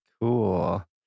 Cool